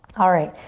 alright,